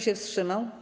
się wstrzymał?